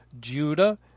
Judah